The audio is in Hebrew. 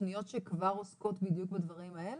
תוכניות שכבר עוסקות בדיוק בדברים האלה?